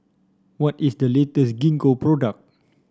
what is the latest Gingko product